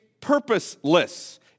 purposeless